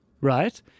right